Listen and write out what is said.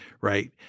right